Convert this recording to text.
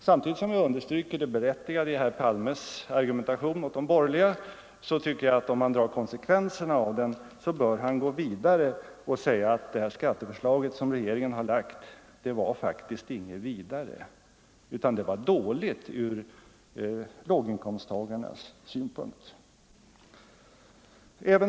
Samtidigt som vi understryker det berättigade i herr Palmes argumentation mot de borgerliga, tycker jag att om han drar konsekvenserna av den så bör han gå vidare och säga att det här skatteförslaget som regeringen har lagt fram var faktiskt inget vidare, utan det var dåligt ur låginkomsttagarnas synpunkt.